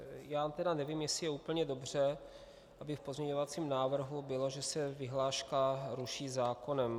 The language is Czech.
Já tedy nevím, jestli je úplně dobře, aby v pozměňovacím návrhu bylo, že se vyhláška ruší zákonem.